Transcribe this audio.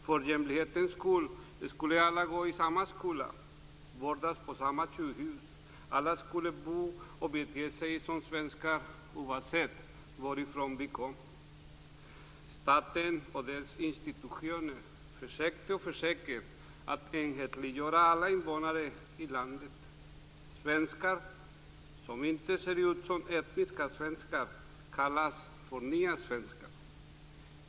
För jämlikhetens skull skulle alla gå i samma skola och vårdas på samma sjukhus. Vi skulle alla bo och bete oss som svenskar oavsett varifrån vi kom. Staten och dess institutioner försökte - och försöker - att enhetliggöra alla invånare i landet. Svenskar som inte ser ut som etniska svenskar kallas för "nya svenskar".